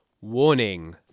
Warning